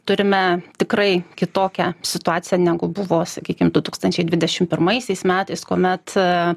turime tikrai kitokią situaciją negu buvo sakykim du tūkstančiai dvidešim pirmaisiais metais kuomet